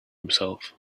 himself